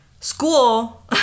school